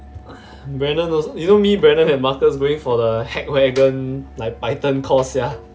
brenner those you know me brenner and marcus going for the hackwagon like python course sia